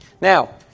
Now